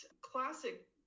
classic